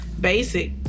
basic